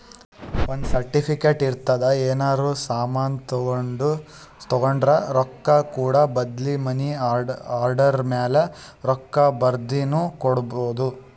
ಒಂದ್ ಸರ್ಟಿಫಿಕೇಟ್ ಇರ್ತುದ್ ಏನರೇ ಸಾಮಾನ್ ತೊಂಡುರ ರೊಕ್ಕಾ ಕೂಡ ಬದ್ಲಿ ಮನಿ ಆರ್ಡರ್ ಮ್ಯಾಲ ರೊಕ್ಕಾ ಬರ್ದಿನು ಕೊಡ್ಬೋದು